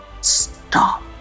stop